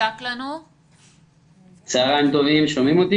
צוהריים טובים.